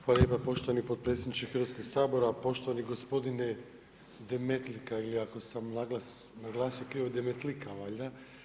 Hvala lijepa poštovani potpredsjedniče Hrvatskog sabora, poštovani gospodine Demetlika i ako sam naglasio krivo Demetlika valjda.